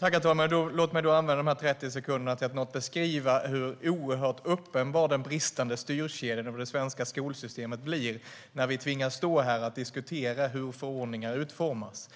Herr talman! Låt mig använda min talartid på 30 sekunder till att något beskriva hur oerhört uppenbar den bristande styrkedjan över det svenska skolsystemet blir när vi tvingas stå här och diskutera hur förordningar utformas.